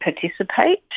participate